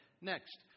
Next